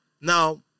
Now